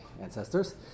ancestors